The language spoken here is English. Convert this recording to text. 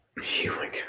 Human